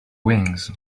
wings